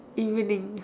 evening